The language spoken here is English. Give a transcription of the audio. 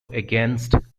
against